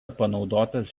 panaudotas